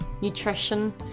nutrition